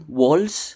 walls